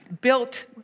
built